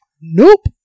Nope